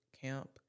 camp